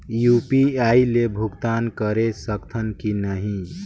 UPI ले भुगतान करे सकथन कि नहीं?